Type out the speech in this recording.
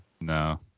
No